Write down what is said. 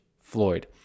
Floyd